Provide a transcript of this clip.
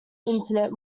internet